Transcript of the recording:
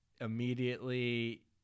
immediately